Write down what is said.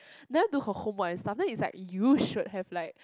never do her homework and stuff then it's like you should have